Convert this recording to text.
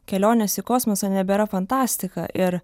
kelionės į kosmosą nebėra fantastika ir